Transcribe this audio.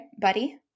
buddy